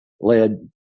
led